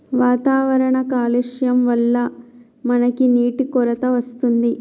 వాతావరణ కాలుష్యం వళ్ల మనకి నీటి కొరత వస్తుంది